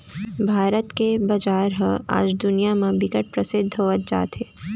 भारत के बजार ह आज दुनिया म बिकट परसिद्ध होवत जात हे